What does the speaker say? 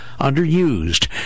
underused